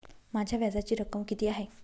माझ्या व्याजाची रक्कम किती आहे?